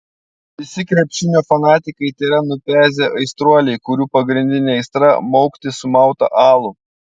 visi krepšinio fanatikai tėra nupezę aistruoliai kurių pagrindinė aistra maukti sumautą alų